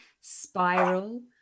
Spiral